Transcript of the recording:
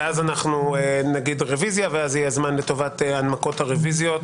ואז נגיד רביזיה ואז יהיה זמן להנמקות הרביזיות